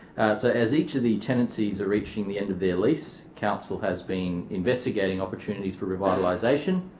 so as each of the tenancies are reaching the end of their lease, council has been investigating opportunities for revitalisation.